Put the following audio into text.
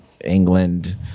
England